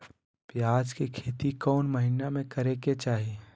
प्याज के खेती कौन महीना में करेके चाही?